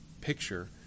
picture